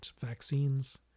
vaccines